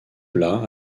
plat